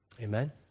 Amen